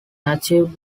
achieved